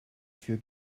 für